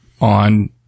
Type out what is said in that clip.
on